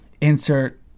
insert